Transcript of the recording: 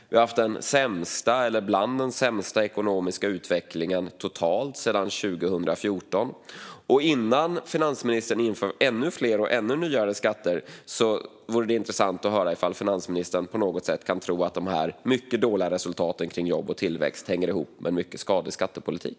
Vi har haft den sämsta ekonomiska utvecklingen - eller bland de sämsta - totalt sedan 2014. Innan finansministern inför ännu fler och ännu nyare skatter vore det intressant att höra om finansministern på något sätt kan tro att dessa mycket dåliga resultat när det gäller jobb och tillväxt hänger ihop med en mycket skadlig skattepolitik.